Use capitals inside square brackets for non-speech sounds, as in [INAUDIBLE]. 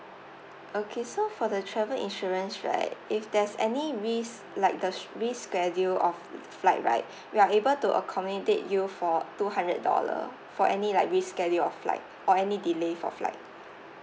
okay so for the travel insurance right if there's any risk like the sh~ reschedule of flight right [BREATH] we are able to accommodate you for two hundred dollar for any like reschedule of flight or any delay for flight